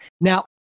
Now